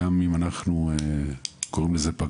זאת אומרת שאם במד"א היו --- אחיות בבתי חולים,